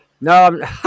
No